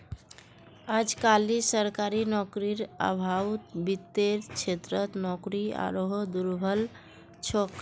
अजकालित सरकारी नौकरीर अभाउत वित्तेर क्षेत्रत नौकरी आरोह दुर्लभ छोक